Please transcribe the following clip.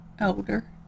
older